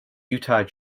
utah